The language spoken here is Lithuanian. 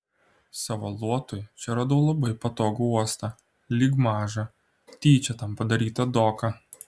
savo luotui čia radau labai patogų uostą lyg mažą tyčia tam padarytą doką